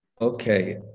Okay